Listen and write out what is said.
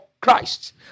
Christ